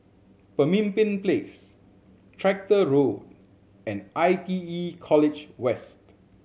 Pemimpin Place Tractor Road and I T E College West